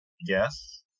Yes